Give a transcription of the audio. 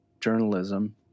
journalism